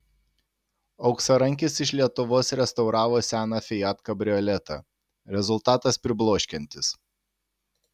auksarankis iš lietuvos restauravo seną fiat kabrioletą rezultatas pribloškiantis